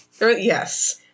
yes